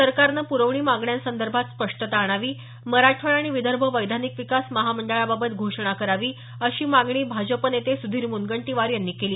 सरकारनं प्रवणी मागण्यांसदर्भात स्पष्टता आणावी मराठवाडा आणि विदर्भ वैधानिक विकास महामंडळाबाबत घोषणा करावी अशी मागणी भाजप नेते सुधीर मुनगंटीवार यांनी केली